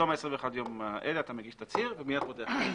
בתום ה-21 ימים האלה אתה מגיש תצהיר ומיד פותח את העסק.